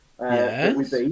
Yes